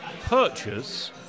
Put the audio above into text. purchase